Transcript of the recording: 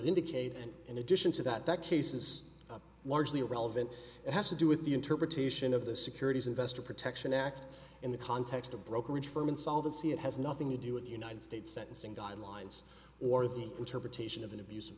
indicate and in addition to that that case is largely irrelevant it has to do with the interpretation of the securities investor protection act in the context of brokerage firm insolvency it has nothing to do with the united states sentencing guidelines or the interpretation of an abus